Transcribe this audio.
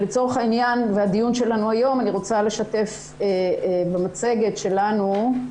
לצורך העניין והדיון שלנו היום אני רוצה לשתף במצגת שלנו.